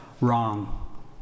Wrong